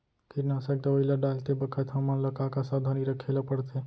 कीटनाशक दवई ल डालते बखत हमन ल का का सावधानी रखें ल पड़थे?